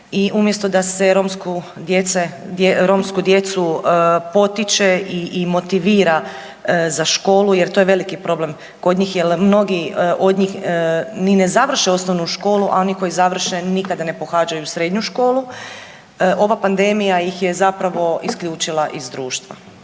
umjesto da se romsku djecu potiče i motivira za školu, jer to je veliki problem kod njih jer mnogi od njih ni ne završe osnovnu školu, a oni koji završe nikada ne pohađaju srednju školu. Ova pandemija ih je zapravo isključila iz društva.